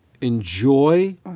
enjoy